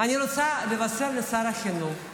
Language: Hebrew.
אני רוצה לבשר לשר החינוך,